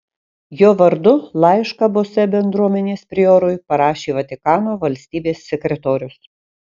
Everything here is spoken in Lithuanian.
jo vardu laišką bose bendruomenės priorui parašė vatikano valstybės sekretorius